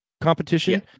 competition